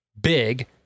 big